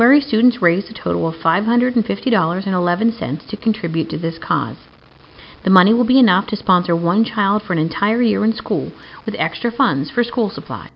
mcmurry students raised a total of five hundred fifty dollars and eleven cents to contribute to this cause the money will be enough to sponsor one child for an entire year in schools with extra funds for school supplies